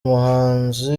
muhanzi